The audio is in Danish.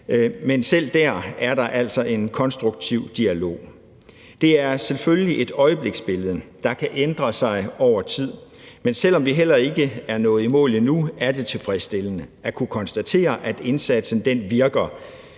men selv dér er der altså en konstruktiv dialog. Det er selvfølgelig et øjebliksbillede, der kan ændre sig over tid, men selv om vi heller ikke er nået i mål endnu, er det tilfredsstillende at kunne konstatere, at indsatsen virker,